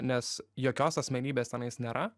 nes jokios asmenybės tenais nėra